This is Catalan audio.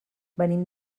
venim